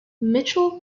mitchell